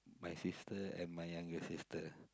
my sister and my younger sister